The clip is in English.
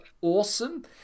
awesome